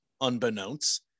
unbeknownst